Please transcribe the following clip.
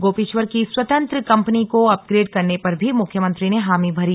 गोपेश्वर की स्वतंत्र कम्पनी को अपग्रेड करने पर भी मुख्यमंत्री ने हामी भरी